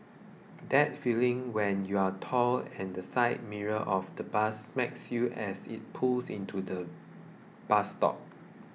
that feeling when you're tall and the side mirror of the bus smacks you as it pulls into the bus stop